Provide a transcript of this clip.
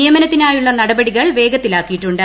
നിയമനത്തിനായുള്ള നടപടികൾ വേഗത്തിലാക്കിയിട്ടുണ്ട്